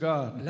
God